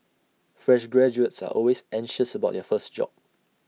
fresh graduates are always anxious about their first job